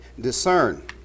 discern